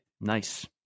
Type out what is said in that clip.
Nice